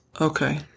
Okay